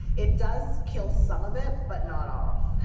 it does kill some of it but not all.